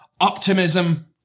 optimism